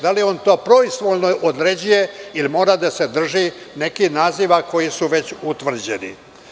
Da li on to proizvoljno određuje ili mora da se drži nekih naziva koji su već utvrđeni?